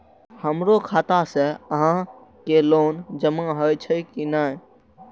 हमरो खाता से यहां के लोन जमा हे छे की ने?